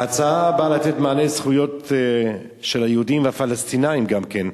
ההצעה באה לתת מענה לזכויות של היהודים והפלסטינים גם כן,